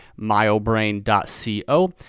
myobrain.co